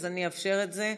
אז אני אאפשר את זה.